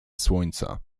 słońca